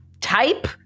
type